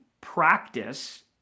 practice